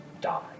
die